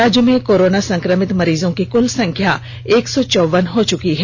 राज्य में कोरोना संक्रमित मरीजों की कुल संख्या एक सौ चौवन हो चुकी है